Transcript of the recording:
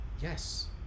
Yes